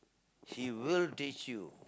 he will teach you